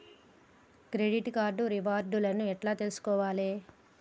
Credit card reward లను ఎట్ల తెలుసుకోవాలే?